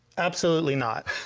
absolutely, not.